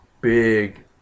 big